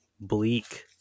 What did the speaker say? bleak